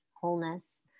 wholeness